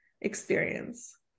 experience